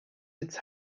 its